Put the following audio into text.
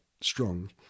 strong